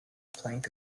plank